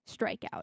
strikeout